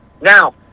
Now